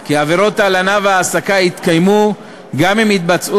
כי עבירות ההלנה וההעסקה יתקיימו גם אם התבצעו